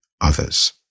Others